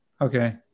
Okay